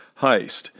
heist